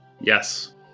Yes